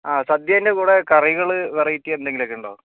ആഹ് സദ്യേൻ്റെ കൂടെ കറികൾ വെറൈറ്റി എന്തെങ്കിലും ഒക്കെ ഉണ്ടോ